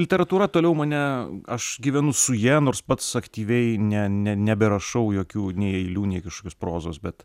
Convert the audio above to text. literatūra toliau mane aš gyvenu su ja nors pats aktyviai ne ne neberašau jokių nei eilių nei kažkokios prozos bet